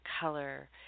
color